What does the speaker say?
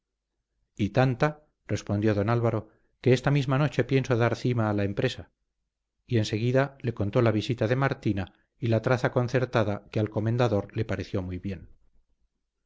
y tanta respondió don álvaro que esta misma noche pienso dar cima a la empresa y enseguida le contó la visita de martina y la traza concertada que al comendador le pareció muy bien